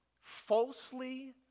falsely